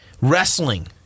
Wrestling